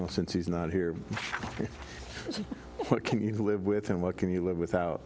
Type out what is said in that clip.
l since he's not here what can you live with and what can you live without